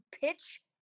pitch